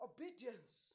Obedience